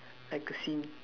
like a scene